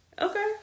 Okay